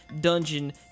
dungeon